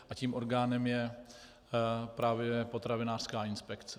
A tím orgánem je právě potravinářská inspekce.